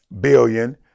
billion